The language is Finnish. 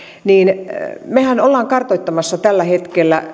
mehän teemme tällä hetkellä